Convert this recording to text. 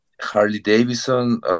Harley-Davidson